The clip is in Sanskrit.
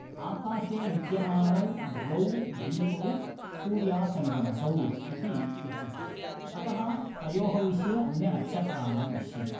आकाशे विद्यमानौ द्वौ दीपौ सूर्यचन्द्रमसौ इति उच्यते अतः तयोः विषये अन्यनक्षत्राणा विषये